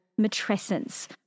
Matrescence